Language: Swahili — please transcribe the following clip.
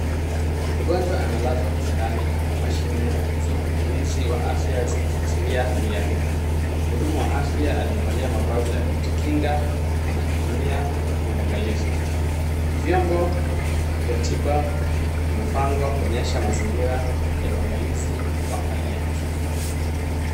Mgonjwa amelazwa kitandani huku mashine za uangalizi wa afya zikifuatilia hali yake. Mhudumu wa afya aliyevalia mavazi ya kujikinga anamhudumia kwa uangalifu. Vyombo vya tiba vimepangwa kuonyesha mazingira ya uangalizi wa hali ya juu.